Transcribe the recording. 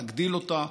להגדיל אותה,